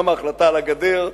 גם ההחלטה על הגדר,